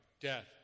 death